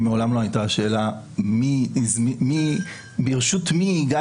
מעולם לא עלתה השאלה ברשות מי הגעתי לכאן.